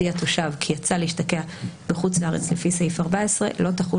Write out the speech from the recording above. הודיע התושב כי יצא להשתקע בחוץ-לארץ לפי סעיף 14 לא תחול